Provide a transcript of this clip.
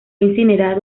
incinerado